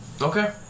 Okay